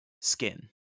skin